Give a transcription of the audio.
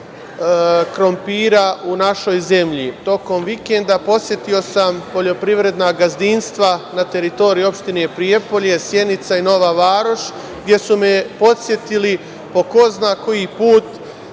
krompira u našoj zemlji. Tokom vikenda posetio sam poljoprivredna gazdinstva na teritoriji opština Prijepolja, Sjenice i Nove Varoši gde su me podsetili po ko zna koji put